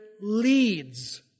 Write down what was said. leads